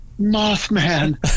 Mothman